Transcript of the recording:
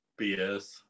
BS